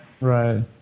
Right